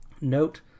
note